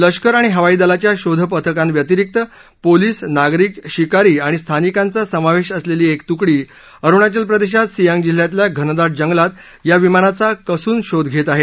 लष्कर आणि हवाईदलाच्या शोधपथकांव्यतिरिक्त पोलिस नागरिक शिकारी आणि स्थानिकांचा समावेश असलेली एक तुकडी अरुणाचल प्रदेशात सियांग जिल्ह्यातल्या घनदाट जंगलात या विमानाचा कसून शोध घेत आहे